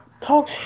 talk